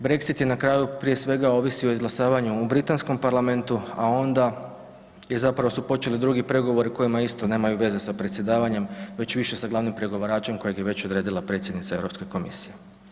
Brexit je na kraju prije svega ovisio o izglasavanju u Britanskom parlamentu, a onda je zapravo su počeli drugi pregovori kojima isto nemaju veze sa predsjedavanjem već više sa glavnim pregovaračem kojeg je već odredila predsjednica Europske komisije.